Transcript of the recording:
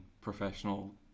professional